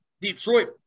Detroit